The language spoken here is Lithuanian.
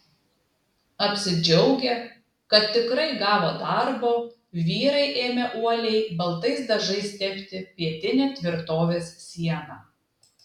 apsidžiaugę kad tikrai gavo darbo vyrai ėmė uoliai baltais dažais tepti pietinę tvirtovės sieną